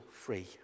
free